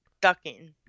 Ducking